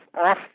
off